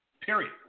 Period